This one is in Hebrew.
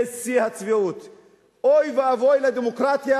מה אתה